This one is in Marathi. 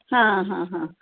हां हां हां